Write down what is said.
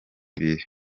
ibiri